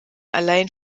allein